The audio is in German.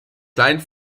kleinen